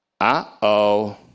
uh-oh